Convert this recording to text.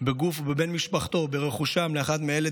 או בגוף בן משפחתו או ברכושם לאחת מאלה,